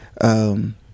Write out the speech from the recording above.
Um-